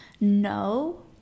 no